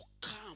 come